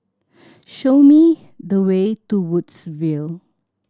show me the way to Woodsville